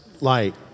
light